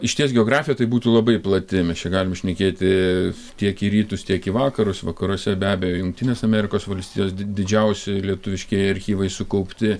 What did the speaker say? išties geografija tai būtų labai plati mes čia galim šnekėti tiek į rytus tiek į vakarus vakaruose be abejo jungtines amerikos valstijos di didžiausi lietuviškieji archyvai sukaupti